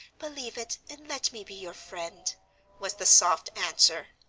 believe it, and let me be your friend was the soft answer.